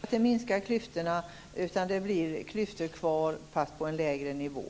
Herr talman! Jag kan inte se att detta minskar klyftorna. Klyftorna finns kvar, fast på en lägre nivå.